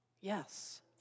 Yes